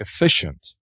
efficient